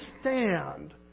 stand